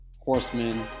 horsemen